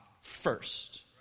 first